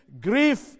grief